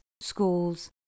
schools